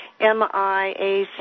MIAC